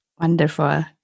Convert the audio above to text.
Wonderful